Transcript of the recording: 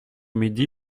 midi